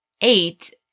eight